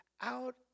out